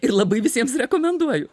ir labai visiems rekomenduoju